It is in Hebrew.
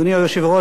חברי הכנסת,